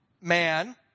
man